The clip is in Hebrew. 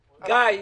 --- גיא,